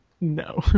no